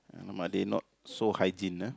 !alamak! they not so hygiene ah